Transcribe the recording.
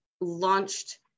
launched